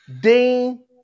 Dean